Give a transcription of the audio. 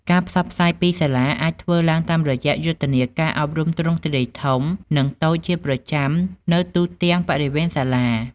ការផ្សព្វផ្សាយពីសាលាអាចធ្វើឡើងតាមរយៈយុទ្ធនាការអប់រំទ្រង់ទ្រាយធំនិងតូចជាប្រចាំនៅទូទាំងបរិវេណសាលា។